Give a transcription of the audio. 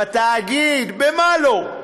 בתאגיד, במה לא?